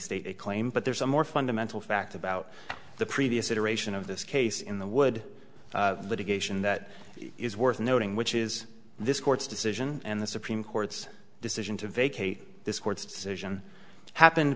a claim but there's a more fundamental fact about the previous iteration of this case in the wood litigation that is worth noting which is this court's decision and the supreme court's decision to vacate this court's decision happened